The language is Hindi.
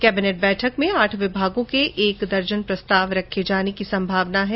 कैबिनेट बैठक में आठ विभागों के एक दर्जन प्रस्ताव रखे जाने की संभावना है